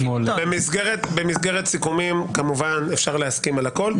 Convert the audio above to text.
במסגרת סיכומים כמובן אפשר להסכים על הכול.